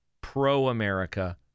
pro-America